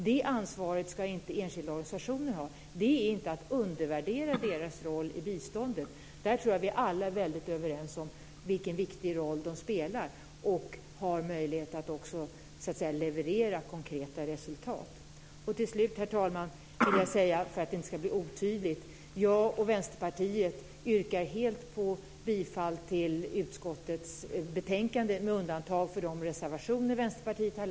Det ansvaret ska inte enskilda organisationer ha. Detta är inte att undervärdera deras roll i biståndet. Jag tror att vi alla är överens om vilken viktig roll de spelar och vilken möjlighet de har att också leverera konkreta resultat. Till slut, herr talman, vill jag för att det inte ska bli otydligt säga att jag och Vänsterpartiet yrkar bifall till utskottets förslag i betänkandet med undantag för de reservationer som Vänsterpartiet har.